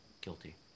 Guilty